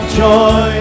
joy